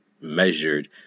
measured